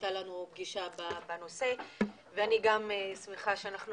הייתה לנו גם פגישה בנושא ואני גם שמחה שאנחנו